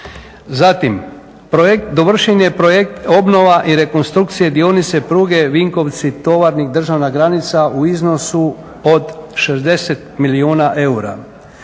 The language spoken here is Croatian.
Zatim dovršen je projekt obnova i rekonstrukcija dionica pruge Vinkovci-Tovarnik, državna granica u iznosu od 60 milijuna eura.